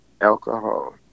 alcohol